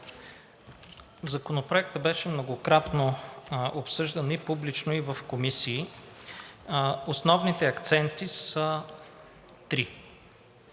Законопроектът беше многократно обсъждан и публично, и в комисии. Основните акценти са три.